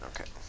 Okay